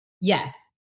Yes